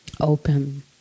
open